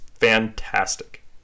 fantastic